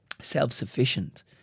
self-sufficient